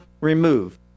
remove